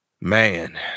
Man